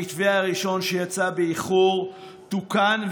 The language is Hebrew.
המתווה הראשון שיצא באיחור תוקן,